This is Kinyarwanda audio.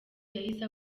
yahise